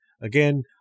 again